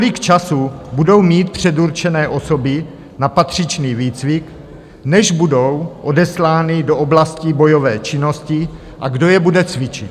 Kolik času budou mít předurčené osoby na patřičný výcvik, než budou odeslány do oblastí bojové činnosti, a kdo je bude cvičit?